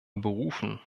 berufen